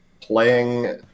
playing